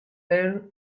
err